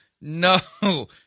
no